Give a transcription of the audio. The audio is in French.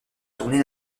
tournée